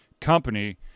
company